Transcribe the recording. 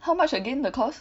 how much again the course